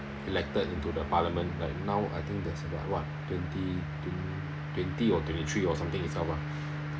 elected into the parliament like now I think there's about what twenty twenty or twenty three or something itself ah